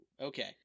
Okay